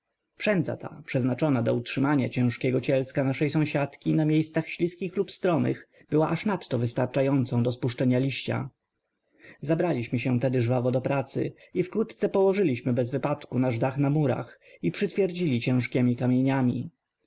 przędza ta przeznaczona do utrzymania ciężkiego cielska naszej sąsiadki na miejscach ślizkich lub stromych była aż nadto wystarczającą do spuszczenia liścia zabraliśmy się tedy żwawo do pracy i wkrótce położyliśmy bez wypadku nasz dach na murach i przytwierdzili ciężkiemi kamieniami